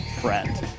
friend